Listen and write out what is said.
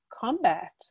combat